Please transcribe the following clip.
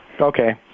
Okay